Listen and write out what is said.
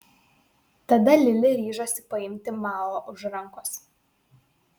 tada lili ryžosi paimti mao už rankos